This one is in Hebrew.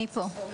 אני פה.